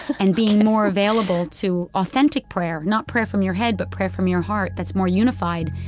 and being more available to authentic prayer not prayer from your head, but prayer from your heart that's more unified,